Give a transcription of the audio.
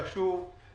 אנחנו דחפנו את זה.